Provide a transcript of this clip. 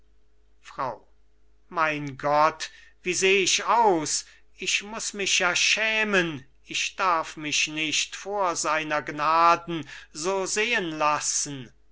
frau mein gott wie seh ich aus ich muß mich ja schämen ich darf mich nicht vor seiner gnaden so sehen lassen